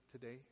today